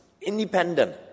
independent